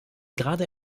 gerade